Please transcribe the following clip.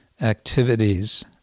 activities